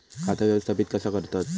खाता व्यवस्थापित कसा करतत?